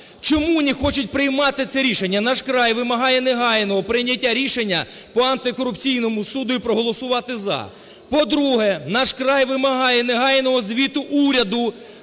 Чому не хочуть приймати це рішення? "Наш край" вимагає негайного прийняття рішення по антикорупційному суду і проголосувати "за". По-друге, "Наш край" вимагає негайного звіту уряду,